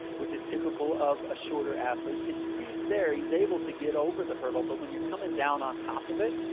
which is typical of a shorter athlete. his speed is there, he's able to get over the hurdle, but when you're coming down on top of it,